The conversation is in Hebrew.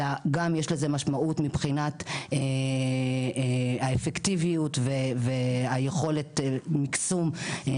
אלא גם יש לזה משמעות מבחינת האפקטיביות ויכולת המיקסום של